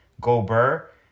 Gobert